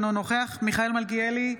אינו נוכח מיכאל מלכיאלי,